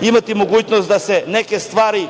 imati mogućnost da se neke stvari